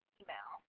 email